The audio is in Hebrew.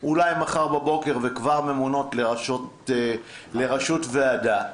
אולי מחר בבוקר וכבר ממונות לראשות ועדה.